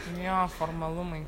jo formalumai